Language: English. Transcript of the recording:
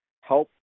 help